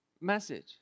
message